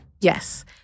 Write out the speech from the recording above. Yes